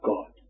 God